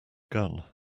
gun